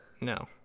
No